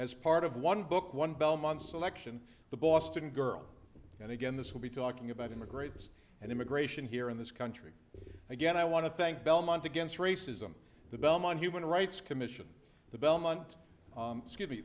as part of one book one belmont selection the boston girl and again this will be talking about integrators and immigration here in this country and again i want to thank belmont against racism the belmont human rights commission the belmont